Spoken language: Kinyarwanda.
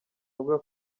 avuga